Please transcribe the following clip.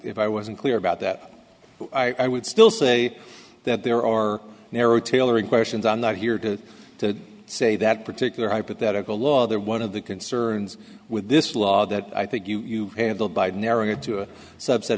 if i wasn't clear about that i would still say that there are narrow tailoring questions on that here to say that particular hypothetical law there one of the concerns with this law that i think you handled by narrowing it to a subset